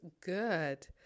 good